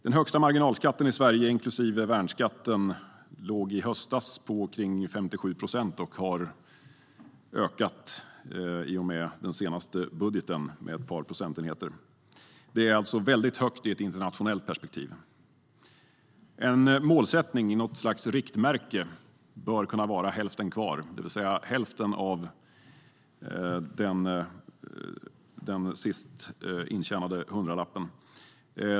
Den högsta marginalskatten i Sverige, inklusive värnskatten, låg i höstas kring 57 procent och har i och med den senaste budgeten ökat med ett par procentenheter. Det är väldigt högt ur ett internationellt perspektiv. En målsättning, något slags riktmärke, bör kunna vara hälften kvar, det vill säga hälften av den sist intjänade hundralappen.